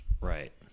Right